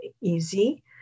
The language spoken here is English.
easy